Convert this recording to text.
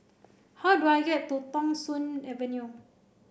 how do I get to Thong Soon Avenue